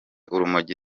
urumogi